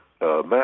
Matt